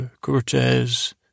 Cortez